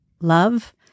love